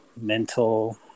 mental